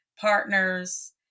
partners